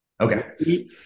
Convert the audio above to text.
Okay